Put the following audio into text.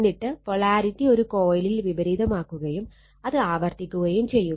എന്നിട്ട് പൊളാരിറ്റി ഒരു കൊയിലിൽ വിപരീതമാക്കുകയും അത് ആവർത്തിക്കുകയും ചെയ്യുക